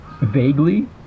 vaguely